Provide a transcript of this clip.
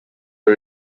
are